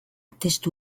testu